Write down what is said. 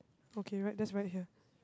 okay write just write here